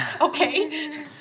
okay